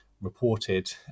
reported